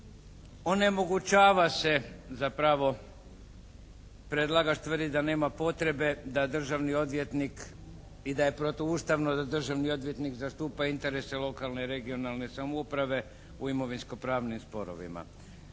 onemogućava se zapravo, predlagač tvrdi da nema potrebe da državni odvjetnik i da je protuustavno da državni odvjetnik zastupa interese lokalne i regionalne samouprave u imovinsko-pravnim sporovima.